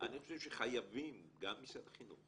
אני חושב שחייבים גם משרד החינוך